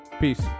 Peace